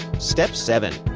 step seven.